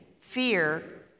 fear